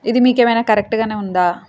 ఇది మీకు ఏమైనా కరెక్ట్గానే ఉందా